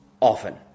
often